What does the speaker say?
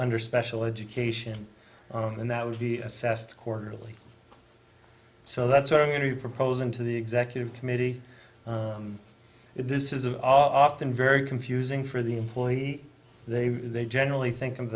under special education and that would be assessed quarterly so that's what i'm going to be proposing to the executive committee this is an opt in very confusing for the employee they they generally think of